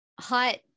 hot